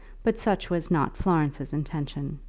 but such was not florence's intention.